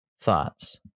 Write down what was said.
thoughts